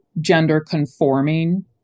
gender-conforming